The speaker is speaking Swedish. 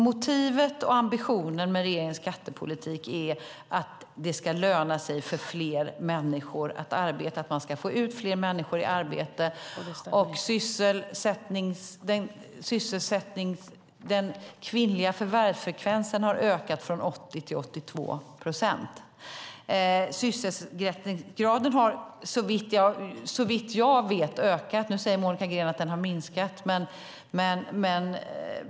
Motivet och ambitionen med regeringens skattepolitik är att det ska löna sig för fler människor att arbeta och att man ska få ut fler människor i arbete. Den kvinnliga förvärvsfrekvensen har ökat från 80 till 82 procent. Sysselsättningsgraden har, såvitt jag vet, ökat, men Monica Green säger att den har minskat.